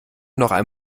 noch